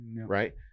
right